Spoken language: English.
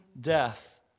death